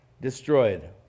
destroyed